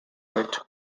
wright